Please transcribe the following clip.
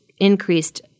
increased